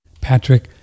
Patrick